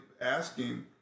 asking